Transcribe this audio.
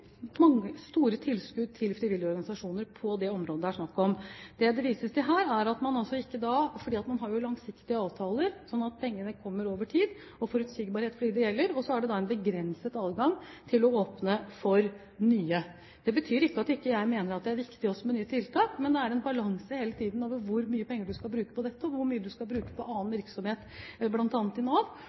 store tilskudd til frivillige organisasjoner på det området det er snakk om. Det det vises til her, er at fordi man har langsiktige avtaler, slik at pengene kommer over tid, og fordi det skal være forutsigbarhet for dem det gjelder, er det en begrenset adgang til å åpne for nye. Det betyr ikke at ikke jeg mener at det er viktig også med nye tiltak, men det er en balanse hele tiden når det gjelder hvor mye penger du skal bruke på dette, og hvor mye du skal bruke på annen virksomhet bl.a. i Nav,